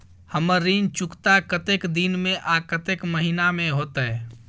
हमर ऋण चुकता कतेक दिन में आ कतेक महीना में होतै?